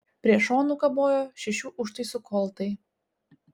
prie šonų kabojo šešių užtaisų koltai